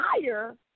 higher